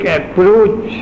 approach